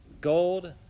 gold